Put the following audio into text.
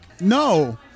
No